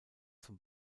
zum